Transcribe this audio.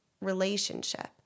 relationship